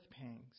pangs